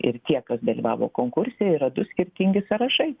ir tie kas dalyvavo konkurse yra du skirtingi sąrašai